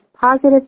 positive